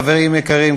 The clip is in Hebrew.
חברים יקרים,